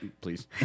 please